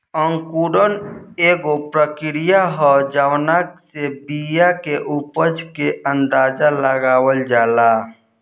अंकुरण एगो प्रक्रिया ह जावना से बिया के उपज के अंदाज़ा लगावल जाला